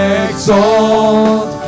exalt